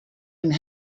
and